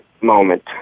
moment